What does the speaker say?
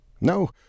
No